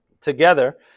together